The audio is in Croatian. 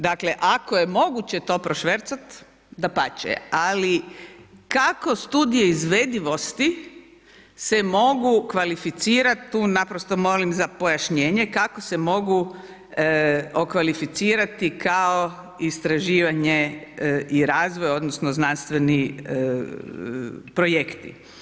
Dakle ako je moguće to prošvercati, dapače ali kako studije izvedivosti se mogu kvalificirati, tu naprosto molim za pojašnjenje, kako se mogu okvalificirati kao istraživanje i razvoj odnosno znanstveni projekti.